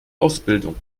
ausbildung